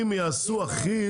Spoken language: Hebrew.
אם יעשו אחיד.